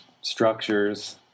structures